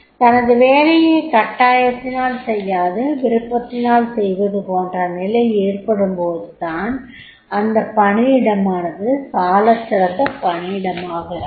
தனது வேலையை கட்டாயத்தினால் செய்யாது விருப்பத்தினால் செய்வது போன்ற நிலை ஏற்படும்போது தான் அந்தப் பணியிடமானது சாலச்சிறந்த பணியிடமாகிறது